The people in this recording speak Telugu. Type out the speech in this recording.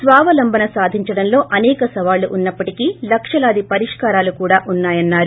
స్వావలంబన సాధించడంలో అనేక సవాళ్లు ఉన్నప్పటికీ లక్ష లాది పరిష్కారాలు కూడా ఉన్నాయని అన్నారు